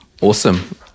Awesome